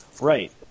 right